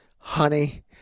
Honey